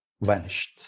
vanished